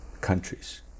countries